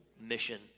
mission